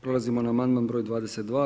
Prelazimo na amandman br. 22.